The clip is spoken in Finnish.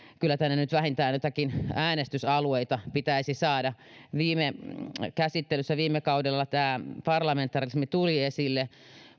kyllä tänne nyt vähintään joitakin äänestysalueita pitäisi saada käsittelyssä viime kaudella tämä parlamentarismi tuli esille